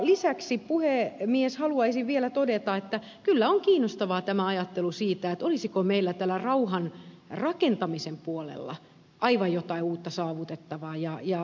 lisäksi puhemies haluaisin vielä todeta että kyllä on kiinnostavaa tämä ajattelu siitä olisiko meillä täällä rauhanrakentamisen puolella aivan jotain uutta saavutettavaa